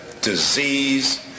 disease